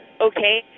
okay